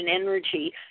energy